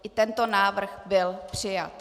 I tento návrh byl přijat.